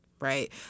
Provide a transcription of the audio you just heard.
Right